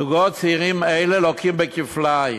זוגות צעירים אלה לוקים בכפליים,